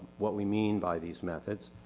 what we mean by these methods.